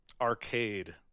arcade